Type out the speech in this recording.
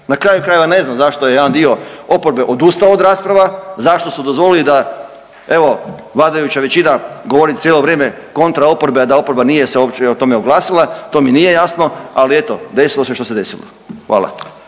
Na kraju krajeva ne znam zašto je jedan dio oporbe odustao od rasprava, zašto su dozvolili da evo vladajuća većina govori cijelo vrijeme kontra oporbe, a da oporba nije se uopće o tome oglasila to mi nije jasno, ali eto desilo se što se desilo. Hvala.